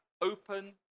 open